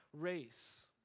race